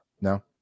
No